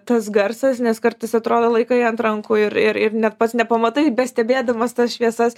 tas garsas nes kartais atrodo laikai ant rankų ir ir net pats nepamatai bestebėdamas tas šviesas